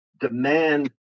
demand